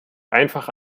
einfach